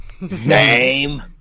name